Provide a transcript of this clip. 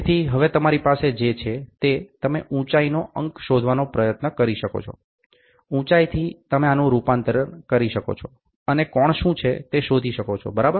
તેથી હવે તમારી પાસે જે છે તે તમે ઉંચાઇનો અંક શોધવા પ્રયત્ન કરી શકો છો ઊંચાઈથી તમે આનુ રૂપાંતર કરી શકો છો અને કોણ શું છે તે શોધી શકો છો બરાબર